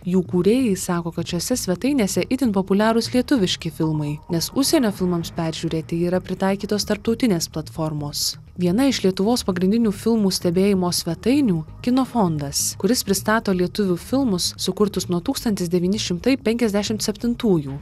jų kūrėjai sako kad šiose svetainėse itin populiarūs lietuviški filmai nes užsienio filmams peržiūrėti yra pritaikytos tarptautinės platformos viena iš lietuvos pagrindinių filmų stebėjimo svetainių kino fondas kuris pristato lietuvių filmus sukurtus nuo tūkstantis devyni šimtai penkiasdešimt septintųjų